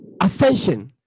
Ascension